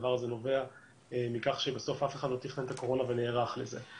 הדבר הזה נובע מכך שבסוף אף אחד לא תכנן את הקורונה ונערך לזה.